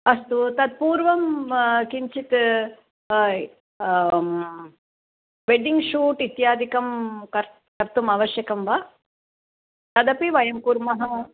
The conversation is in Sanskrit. अस्तु तत्पूर्वं किञ्चित् वेड्डिङ्ग् शूट् इत्यादिकं कर्तुम् आवश्यकं वा तदपि वयं कुर्मः